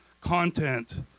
content